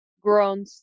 grown